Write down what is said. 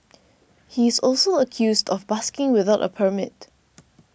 he is also accused of busking without a permit